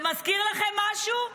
זה מזכיר לכם משהו?